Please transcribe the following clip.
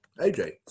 AJ